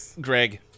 Greg